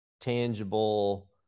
tangible